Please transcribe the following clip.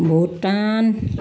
Bhutan